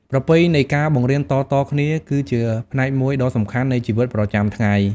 ប្រពៃណីនៃការបង្រៀនតៗគ្នា គឺជាផ្នែកមួយដ៏សំខាន់នៃជីវិតប្រចាំថ្ងៃ។